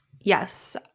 Yes